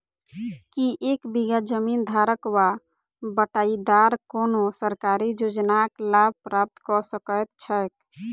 की एक बीघा जमीन धारक वा बटाईदार कोनों सरकारी योजनाक लाभ प्राप्त कऽ सकैत छैक?